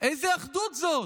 איזו אחדות זאת?